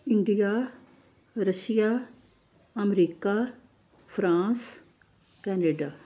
India Russia America France Canada